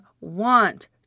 want